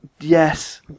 Yes